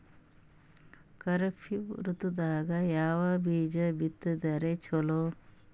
ಖರೀಫ್ ಋತದಾಗ ಯಾವ ಬೀಜ ಬಿತ್ತದರ ಚಲೋ?